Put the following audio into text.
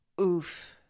oof